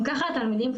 התלמידים,